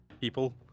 people